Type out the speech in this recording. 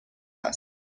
است